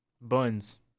Buns